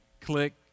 click